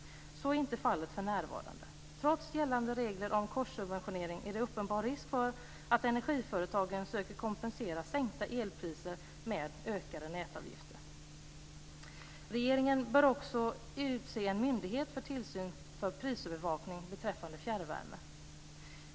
Så är inte fallet för närvarande. Trots gällande regler om korssubventionering finns det en uppenbar risk för att energiföretagen söker kompensera sänkta elpriser med ökade nätavgifter. Regeringen bör också utse en myndighet för tillsyn av prisövervakning beträffande fjärrvärme.